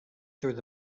through